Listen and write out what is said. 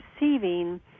receiving